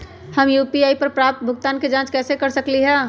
हम यू.पी.आई पर प्राप्त भुगतान के जाँच कैसे कर सकली ह?